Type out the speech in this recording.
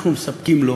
אבל אנחנו מספקים לו